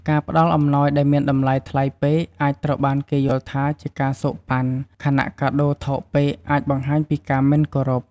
ការផ្តល់អំណោយដែលមានតម្លៃថ្លៃពេកអាចត្រូវបានគេយល់ថាជាការសូកប៉ាន់ ខណៈកាដូរថោកពេកអាចបង្ហាញពីការមិនគោរព។